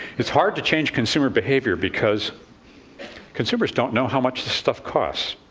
it's hard to change consumer behavior because consumers don't know how much this stuff costs.